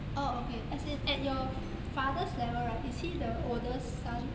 orh okay as in at your father's level right is he the oldest son